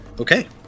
Okay